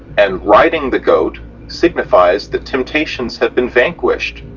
and riding the goat signifies that temptations have been vanquished,